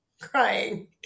crying